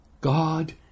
God